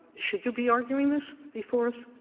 should you be arguing this before us?